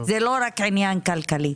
זה לא רק עניין כלכלי.